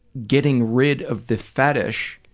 getting rid of the fetish